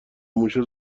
موشه